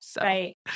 Right